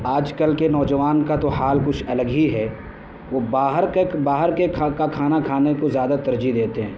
آج کل کے نوجوان کا تو حال کچھ الگ ہی ہے وہ باہر کا باہر کے کھانا کھانے کو زیادہ ترجیح دیتے ہیں